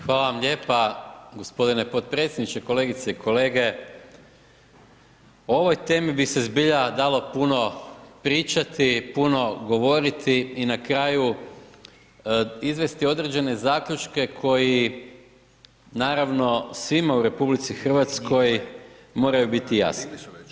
Hvala vam lijepa gospodine podpredsjedniče, kolegice i kolege, o ovoj temi bi se zbilja dalo puno pričati, puno govoriti i na kraju izvesti određene zaključke koji naravno svima u RH moraju biti jasni.